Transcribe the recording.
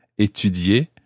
Étudier